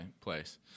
Place